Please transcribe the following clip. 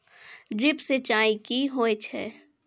Drip सिंचाई कि होय छै?